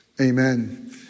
Amen